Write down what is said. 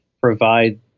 provide